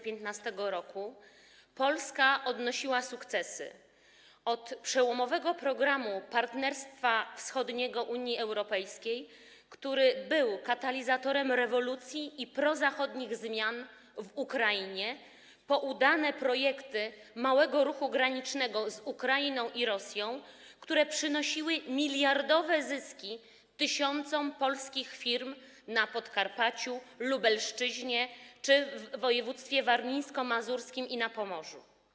Polska odnosiła sukcesy, od przełomowego programu Partnerstwa Wschodniego Unii Europejskiej, który był katalizatorem rewolucji i prozachodnich zmian w Ukrainie, po udane projekty małego ruchu granicznego z Ukrainą i Rosją, które przynosiły miliardowe zyski tysiącom polskich firm na Podkarpaciu, Lubelszczyźnie czy w województwie warmińsko-mazurskim i na Pomorzu.